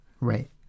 right